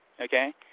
okay